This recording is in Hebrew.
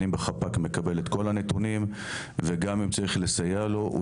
אני בחפ"ק מקבל את כל הנתונים וגם אם צריך לסייע לו,